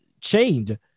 chained